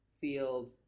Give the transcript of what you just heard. field